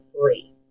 free